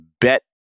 bet